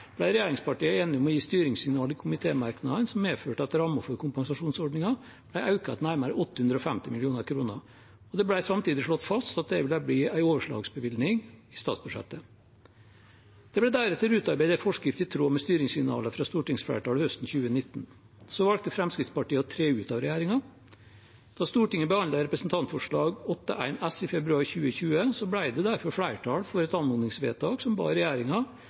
enige om å gi styringssignal i komitémerknadene som medførte at rammen for kompensasjonsordningen ble økt til nærmere 850 mill. kr, og det ble samtidig slått fast at det ville bli en overslagsbevilgning i statsbudsjettet. Det ble deretter utarbeidet en forskrift i tråd med styringssignalene fra stortingsflertallet høsten 2019. Så valgte Fremskrittspartiet å tre ut av regjeringen. Da Stortinget behandlet Dokument 8:1 S for 2019–2020 i februar 2020, ble det derfor flertall for et anmodningsvedtak som ba